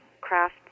craft